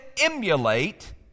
emulate